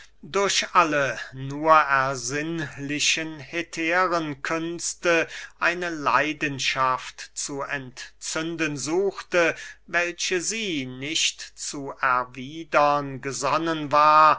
durch alle nur ersinnliche hetärenkünste eine leidenschaft zu entzünden suchte welche sie nicht zu erwiedern gesonnen war